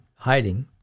hiding